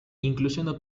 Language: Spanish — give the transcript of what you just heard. incluyendo